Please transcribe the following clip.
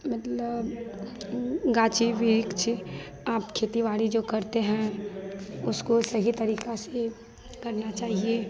मतलब गाची बिइक्च आप खेती बाड़ी जो करते हैं उसको सही तरीके से करना चाहिए